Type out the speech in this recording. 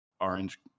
orange